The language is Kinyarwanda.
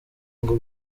ngo